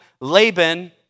Laban